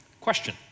Question